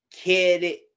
kid